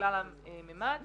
כלל המדד